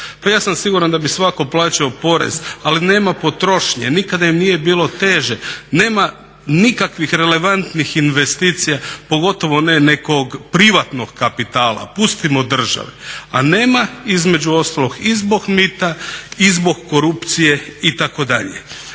pa ja sam sigurno da bi svatko plaćao porez ali nema potrošnje, nikada im nije bilo teže, nema nikakvih relevantnih investicija pogotovo ne nekog privatnog kapitala, pustimo državu. A nema između ostalog i zbog mita, i zbog korupcije itd.